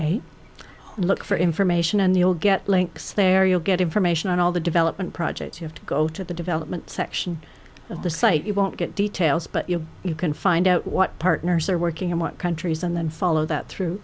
a look for information and you'll get links there you'll get information on all the development projects you have to go to the development section of the site you won't get details but you you can find out what partners are working and what countries and then follow that